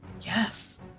Yes